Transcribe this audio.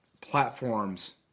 platforms